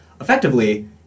effectively